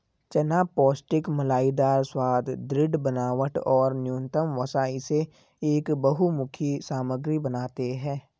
चना पौष्टिक मलाईदार स्वाद, दृढ़ बनावट और न्यूनतम वसा इसे एक बहुमुखी सामग्री बनाते है